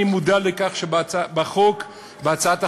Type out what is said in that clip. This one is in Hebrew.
אני מודע לכך שבהצעת החוק,